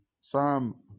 Psalm